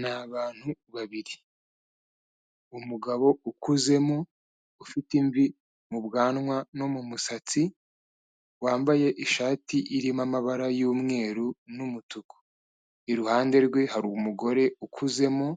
Ni abantu babiri umugabo ukuzemo ufite imvi mu bwanwa no mu musatsi, wambaye ishati irimo amabara y'umweru n'umutuku, iruhande rwe hari umugore ukuzemo,